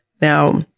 Now